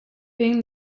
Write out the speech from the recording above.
being